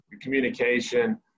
communication